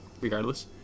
regardless